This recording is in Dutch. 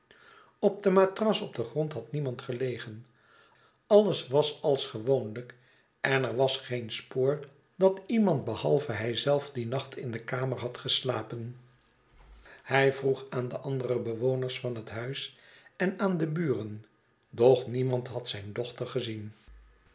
op de matras op den grond had niemand gelegen alles was als gewoonlijk en er was geen spoor dat iemand behalve hij zelf dien nacht in de kamer had geslapen hij vroeg aan schetsen van boz de andere bewoners van het huis en aan de buren doch niemand had zijn dochter gezien